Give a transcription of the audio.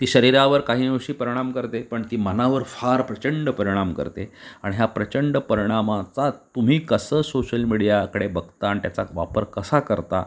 ती शरीरावर काही अंशी परिणाम करते पण ती मनावर फार प्रचंड परिणाम करते आणि ह्या प्रचंड परिणामाचा तुम्ही कसं सोशल मीडियाकडे बघता आणि त्याचा वापर कसा करता